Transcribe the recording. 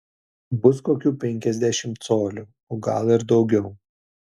bus kokių penkiasdešimt colių o gal ir daugiau